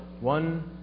one